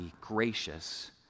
gracious